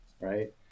right